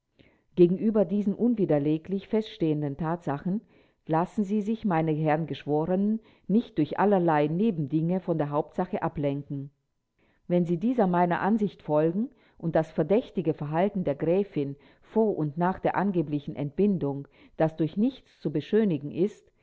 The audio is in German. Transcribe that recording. gegenüber diesen unwiderleglich feststehenden tatsachen lassen sie sich meine herren geschworenen nicht durch allerlei nebendinge von der hauptsache ablenken wenn sie dieser meiner ansicht folgen und das verdächtige verhalten der gräfin vor und nach der angeblichen entbindung das durch nichts zu beschönigen ist